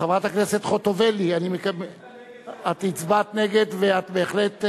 חברת הכנסת חוטובלי, את הצבעת נגד, ואת בהחלט,